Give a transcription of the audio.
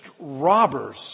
robbers